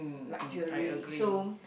luxury so